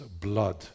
blood